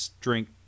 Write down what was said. drink